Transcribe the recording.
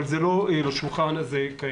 אבל זה לא לשולחן הזה כעת.